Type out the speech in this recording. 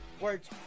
words